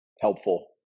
Helpful